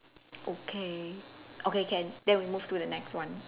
okay okay can then we move to the next one